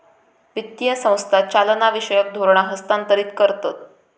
वित्तीय संस्था चालनाविषयक धोरणा हस्थांतरीत करतत